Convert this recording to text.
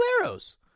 arrows